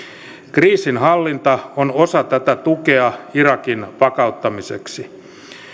kriisinhallinta on osa tätä tukea irakin vakauttamiseksi